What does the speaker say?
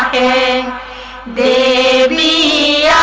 a a